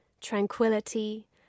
tranquility